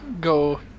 go